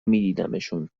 میدیدمشون